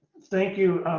thank you,